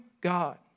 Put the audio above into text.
God